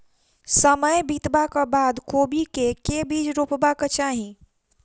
समय बितबाक बाद कोबी केँ के बीज रोपबाक चाहि?